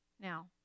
Now